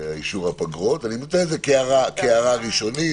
אני נותן את זה כהערה ראשונית,